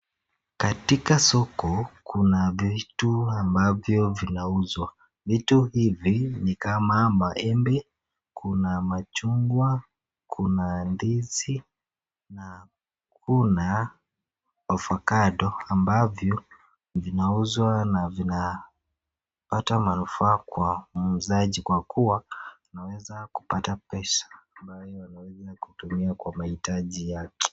Katika soko kuna vitu ambavyo vinauzwa, vitu hivi ni kama maembe, kuna machungwa, kuna ndizi, kuna avocado ambavyo vinauzwa na vinapata manufaa kwa muuzaji kwa kuwa, anaweza kupata pesa ambayo anaweza kutumia kwa mahitaji yake.